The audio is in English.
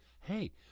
hey